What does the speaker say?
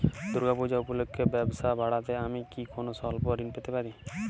দূর্গা পূজা উপলক্ষে ব্যবসা বাড়াতে আমি কি কোনো স্বল্প ঋণ পেতে পারি?